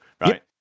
right